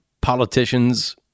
politicians